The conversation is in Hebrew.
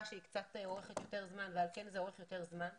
שהיא אורכת קצת יותר זמן ולכן זה אורך יותר זמן.